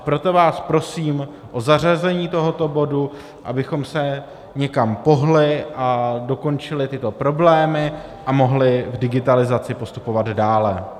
Proto vás prosím o zařazení tohoto bodu, abychom se někam pohnuli a dokončili tyto problémy a mohli v digitalizaci postupovat dále.